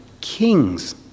kings